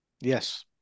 Yes